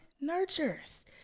nurtures